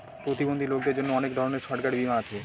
প্রতিবন্ধী লোকদের জন্য অনেক ধরনের সরকারি বীমা আছে